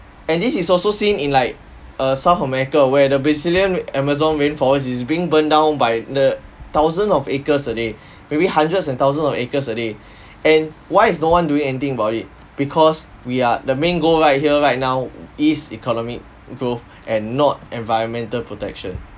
and this is also seen in like err south america where the brazilian amazon rainforest is being burned down by the thousand of acres a day maybe hundreds and thousand of acres a day and why is no one doing anything about it because we are the main goal right here right now is economic growth and not environmental protection